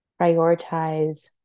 prioritize